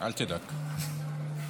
אל תדאג.